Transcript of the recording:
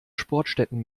sportstätten